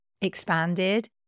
expanded